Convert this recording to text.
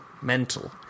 Mental